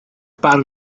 barn